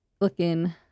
looking